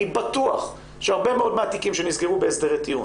אני בטוח שבהרבה מאוד מהתיקים שנסגרו בהסדרי טיעון,